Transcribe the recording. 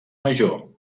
major